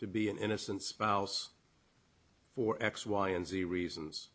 to be an innocent spouse for x y and z reasons